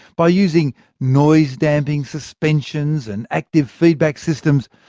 by using noise-damping suspensions and active feedback systems,